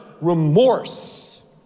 remorse